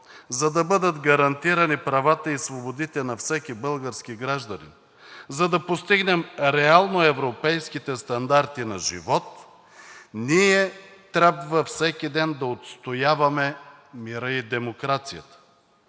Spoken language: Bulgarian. за да бъдат гарантирани правата и свободите на всеки български гражданин, за да постигнем реално европейските стандарти на живот, ние трябва всеки ден да отстояваме мира и демокрацията,